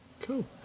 Cool